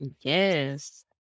Yes